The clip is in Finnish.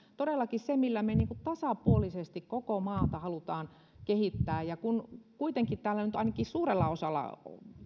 todellakin se millä me tasapuolisesti koko maata haluamme kehittää ja kun kuitenkin täällä nyt ainakin suurella osalla